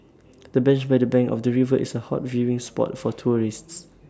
the bench by the bank of the river is A hot viewing spot for tourists